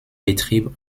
betrieb